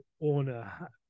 owner